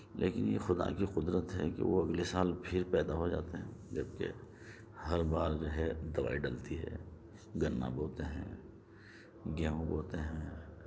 لیکن یہ خدا کی قدرت ہے کہ وہ اگلے سال پھر پیدا ہو جاتے ہیں جبکہ ہر بار جو ہے دوائی ڈلتی ہے گنا بوتے ہیں گیہوں بوتے ہیں